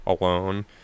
alone